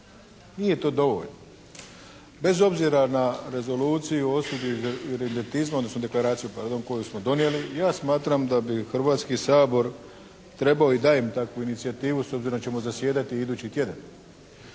Nije to dovoljno. Bez obzira na rezoluciju …/Govornik se ne razumije./… iredentizmom odnosno Deklaracijom koju smo donijeli, ja smatram da bi Hrvatski sabor trebao i dajem takvu inicijativu s obzirom da ćemo zasjedati i idući tjedan,